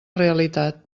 realitat